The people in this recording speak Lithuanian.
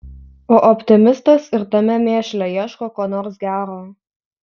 o optimistas ir tame mėšle ieško ko nors gero